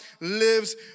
lives